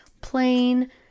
plain